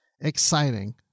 exciting